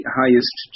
highest